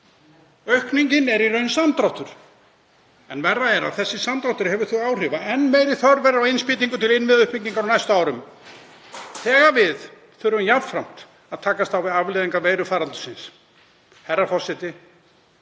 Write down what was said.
Aukningin er í raun samdráttur. En verra er að þessi samdráttur hefur þau áhrif að enn meiri þörf er á innspýtingu til innviðauppbyggingar á næstu árum þegar við þurfum jafnframt að takast á við afleiðingar veirufaraldursins. Herra forseti.